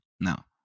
Now